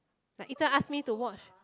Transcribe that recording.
like Yi-Zhen ask me to watch